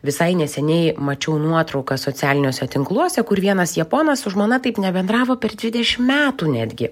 visai neseniai mačiau nuotraukas socialiniuose tinkluose kur vienas japonas su žmona taip nebendravo per dvidešim metų netgi